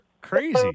Crazy